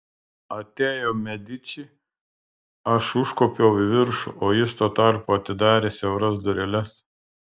atėjo mediči aš užkopiau į viršų o jis tuo tarpu atidarė siauras dureles